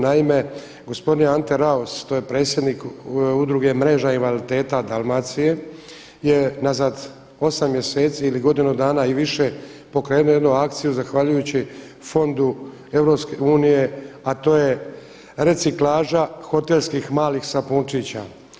Naime, gospodin Ante Raos to je predsjednik Udruge mreža invaliditeta Dalmacije je unazad 8 mjeseci ili godinu dana i više pokrenuo jednu akciju zahvaljujući fondu EU, a to je reciklaža hotelskih malih sapunčića.